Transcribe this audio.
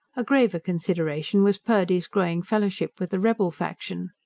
a graver consideration was purdy's growing fellowship with the rebel faction.